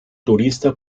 turista